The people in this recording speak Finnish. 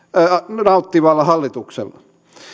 nauttivalla hallituksella